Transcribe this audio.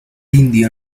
indio